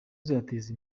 uzateza